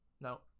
No